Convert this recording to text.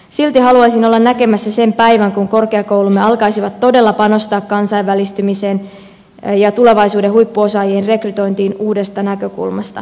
silti haluaisin olla näkemässä sen päivän kun korkeakoulumme alkaisivat todella panostaa kansainvälistymiseen ja tulevaisuuden huippuosaajien rekrytointiin uudesta näkökulmasta